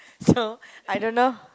so I don't know